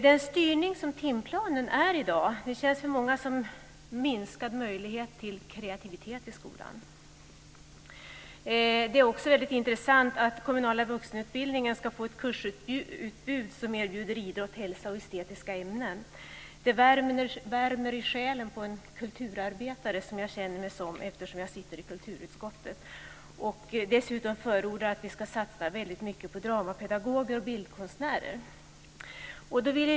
Den styrning som timplanen innebär i dag känns för många som en minskad möjlighet till kreativitet i skolan. Det är också intressant att den kommunala vuxenutbildningen ska få ett kursutbud som erbjuder idrott och hälsa samt estetiska ämnen. Det värmer i själen på en "kulturarbetare", som jag känner mig som eftersom jag sitter i kulturutskottet och där förordar att vi ska satsa mycket på dramapedagoger och bildkonstnärer.